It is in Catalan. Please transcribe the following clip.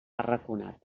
arraconat